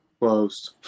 closed